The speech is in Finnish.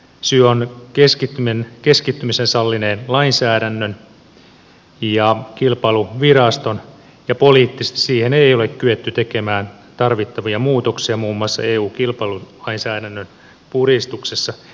syy on keskittymisen sallineen lainsäädännön ja kilpailuviraston ja poliittisesti siihen ei ole kyetty tekemään tarvittavia muutoksia muun muassa eu kilpailulainsäädännön puristuksessa